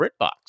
BritBox